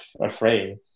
afraid